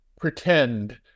pretend